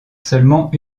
seulement